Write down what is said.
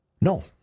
No